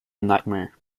nightmare